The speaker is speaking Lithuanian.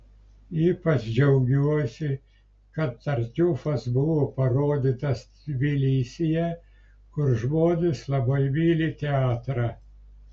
ypač džiaugiuosi kad tartiufas buvo parodytas tbilisyje kur žmonės labai myli teatrą